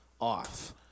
off